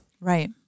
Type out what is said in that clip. Right